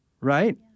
right